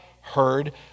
heard